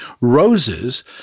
roses